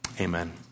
amen